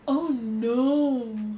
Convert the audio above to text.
oh no